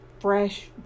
fresh